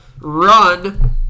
run